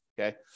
Okay